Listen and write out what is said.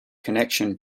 connection